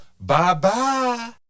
bye-bye